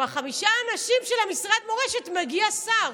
לחמשת האנשים של המשרד מורשת מגיע שר,